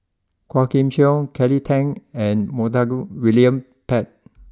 Quah Kim Song Kelly Tang and Montague William Pett